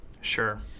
Sure